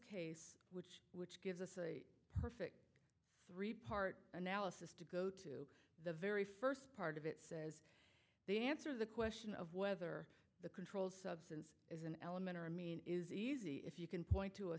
case which gives us a perfect three part analysis to go to the very first part of it they answer the question of whether the controlled substance is an element or a mean is easy if you can point to a